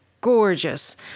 Gorgeous